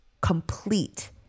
complete